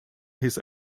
his